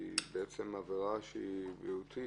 זו עבירה בריאותית.